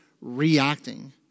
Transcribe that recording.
reacting